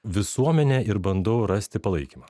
visuomenę ir bandau rasti palaikymą